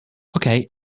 okay